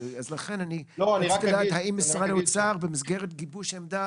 לכן אני רוצה לדעת האם במסגרת גיבוש העמדה